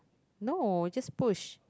no just push